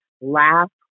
laugh